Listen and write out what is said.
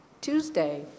Tuesday